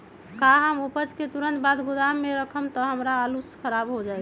का हम उपज के तुरंत बाद गोदाम में रखम त हमार आलू खराब हो जाइ?